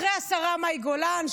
אחרי השרה מאי גולן,